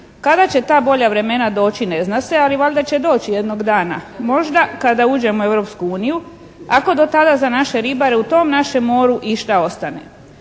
Kada će ta bolja vremena doći ne zna se ali valjda će doći jednog dana. Možda kada uđemo u Europsku uniju ako do tada za naše ribare u tom našem moru išta ostane.